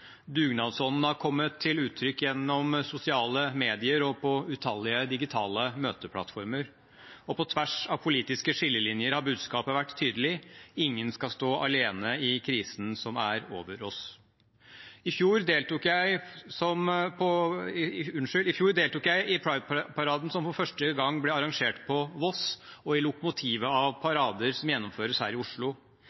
Dugnadsånden har kommet til uttrykk gjennom sosiale medier og på utallige digitale møteplattformer, og på tvers av politiske skillelinjer har budskapet vært tydelig: Ingen skal stå alene i krisen som er over oss. I fjor deltok jeg i Pride-paraden som for første gang ble arrangert på Voss, og i lokomotivet av